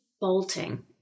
bolting